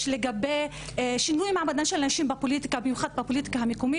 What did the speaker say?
לגבי שינוי מעמדן של נשים בפוליטיקה במיוחד,